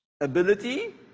ability